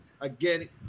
Again